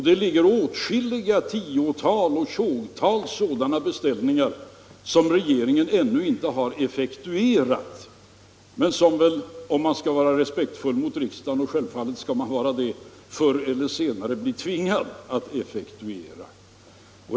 Det finns åtskilliga tjog sådana beställningar som regeringen ännu inte har effektuerat, Men som den —- om man skall vara respektfull mot riksdagen och självfallet skall man vara det — förr eller senare blir tvingad att effektuera.